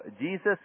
Jesus